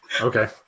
okay